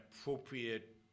appropriate